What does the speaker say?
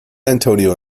antonio